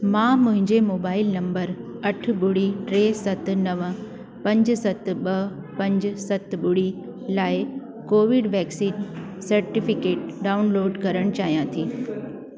मां मुंहिंजे mobile number अठ ॿुड़ी टे सत नव पंज सत ॿ पंज सत ॿुड़ी लाइ कोविड वैक्सीन सटिफिकेट डाउनलोड करण चाहियां थी